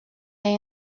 day